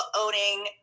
owning